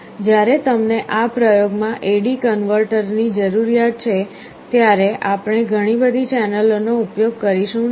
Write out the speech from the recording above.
જ્યારે તમને આ પ્રયોગોમાં AD કન્વર્ટરની જરૂરિયાત છે ત્યારે આપણે ઘણી બધી ચેનલોનો ઉપયોગ કરીશું નહીં